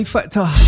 Factor